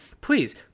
please